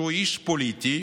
שהוא איש פוליטי,